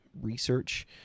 research